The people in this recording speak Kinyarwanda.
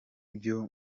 byo